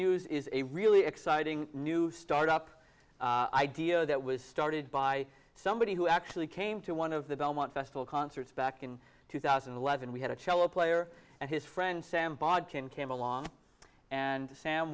muse is a really exciting new start up idea that was started by somebody who actually came to one of the belmont festival concerts back in two thousand and eleven we had a cello player and his friend sam bodkin came along and sam